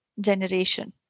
generation